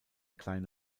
kleine